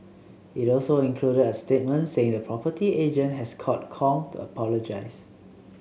it also included a statement saying the property agent had called Kong to apologise